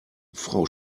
frau